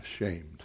ashamed